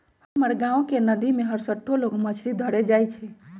हमर गांव के नद्दी में हरसठ्ठो लोग मछरी धरे जाइ छइ